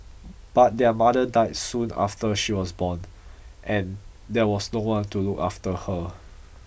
but their mother die soon after she was born and there was no one to look after her